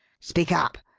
speak up!